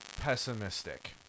pessimistic